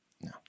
No